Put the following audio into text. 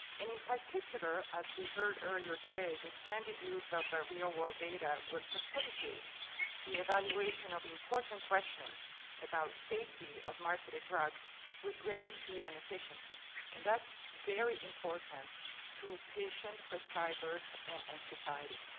and in particular as we heard earlier today the expanded use of their real-world data will facilitate the evaluation of important questions about safety of marketed drugs with greater speed and efficiency and that's very important to patients, prescribers, and society.